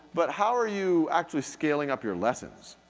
but how are you actually scaling-up your lessons?